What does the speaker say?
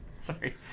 Sorry